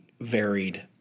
varied